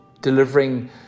delivering